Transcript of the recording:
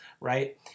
right